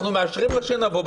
אנחנו מאשרים לה שנבוא,